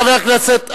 מה עם מדינה דו-לאומית?